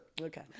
Okay